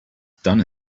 done